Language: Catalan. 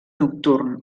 nocturn